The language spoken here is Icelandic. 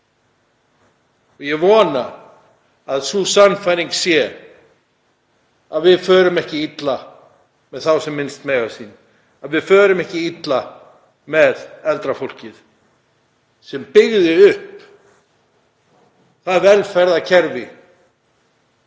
Ég vona að sú sannfæring sé að við förum ekki illa með þá sem minnst mega sín, að við förum ekki illa með eldra fólkið sem byggði upp það velferðarkerfi